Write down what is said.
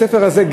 בית-הספר הזה,